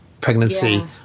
pregnancy